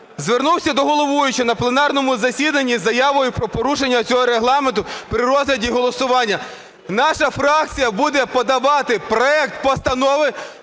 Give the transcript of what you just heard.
звернувся до головуючого на пленарному засіданні з заявою про порушення цього Регламенту при розгляді голосування. Наша фракція буде подавати проект Постанови